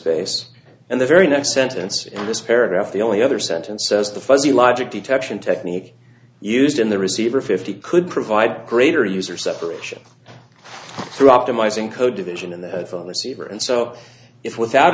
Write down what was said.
space and the very next sentence in this paragraph the only other sentence says the fuzzy logic detection technique used in the receiver fifty could provide greater user separation through optimizing code division in the phone receiver and so if without